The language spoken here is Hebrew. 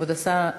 כבוד השר,